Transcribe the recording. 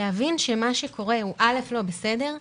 להבין שמה שקורה הוא לא בסדר,